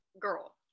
girl